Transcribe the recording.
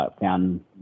found